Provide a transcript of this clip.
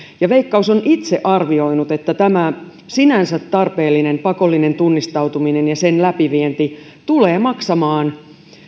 veikkaus on itse arvioinut että tämä sinänsä tarpeellinen pakollinen tunnistautuminen ja sen läpivienti tulevat maksamaan